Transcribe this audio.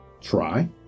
try